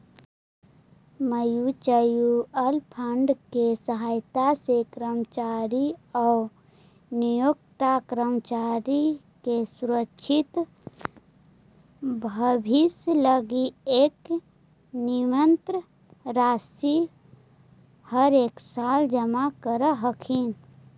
mutual fund के सहायता से कर्मचारी आउ नियोक्ता कर्मचारी के सुरक्षित भविष्य लगी एक निश्चित राशि हरेकसाल जमा करऽ हथिन